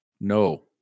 No